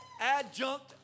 Adjunct